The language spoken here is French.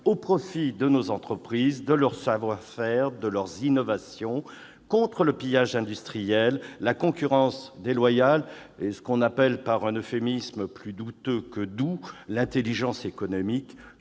au profit de nos entreprises, de leur savoir-faire, de leurs innovations, contre le pillage industriel, la concurrence déloyale et ce que l'on appelle, par un euphémisme douteux, « l'intelligence économique